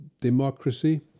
democracy